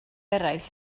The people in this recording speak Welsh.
eraill